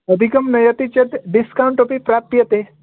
अधिकं नयति चेत् डिस्कौण्ट् अपि प्राप्यते